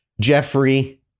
Jeffrey